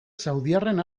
saudiarren